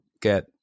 get